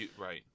Right